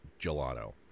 gelato